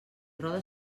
roda